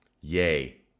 Yay